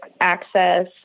access